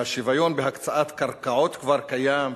והשוויון בהקצאת קרקעות כבר קיים,